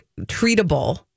treatable